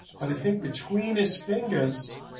but i think between his fingers.